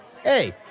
Hey